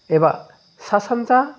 एबा सा सानजा